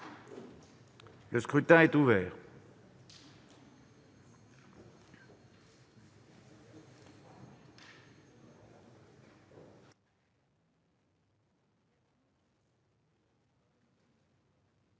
Le scrutin est ouvert.